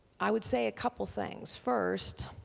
i would say a couple things, first,